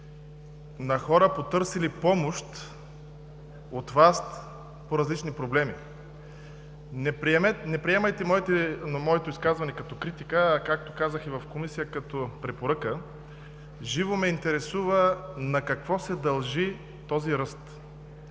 на хора, потърсили помощ от Вас по различни проблеми. Не приемайте моето изказване като критика, а, както казах и в Комисията, като препоръка. Живо ме интересува на какво се дължи този ръст.